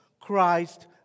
Christ